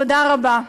תודה רבה.